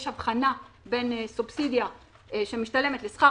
יש הבחנה בין סובסידיה שמשתלמת לשכר